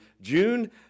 june